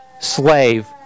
slave